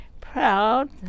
proud